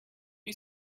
you